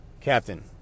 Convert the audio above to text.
Captain